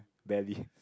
belly